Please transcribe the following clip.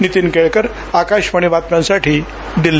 नीतीन केळकर आकाशवाणी बातम्यांसाठी दिल्ली